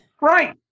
Right